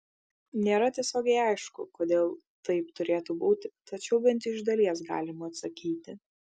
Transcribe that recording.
nėra tiesiogiai aišku kodėl taip turėtų būti tačiau bent iš dalies galima atsakyti